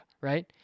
right